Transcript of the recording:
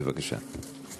בבקשה.